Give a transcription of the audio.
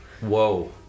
Whoa